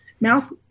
Mouth